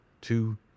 Two